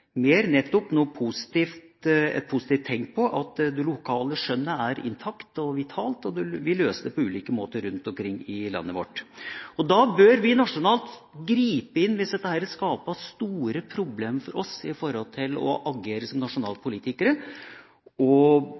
mer et positivt tegn på at det lokale skjønnet er intakt og vitalt, og at vi løser ting på ulike måter rundt omkring i landet vårt. Vi som nasjonale politikere bør gripe inn hvis dette skaper store problemer for oss i det å agere som nasjonale politikere og